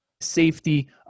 safety